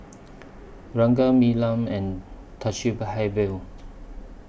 Ranga Neelam and Thamizhavel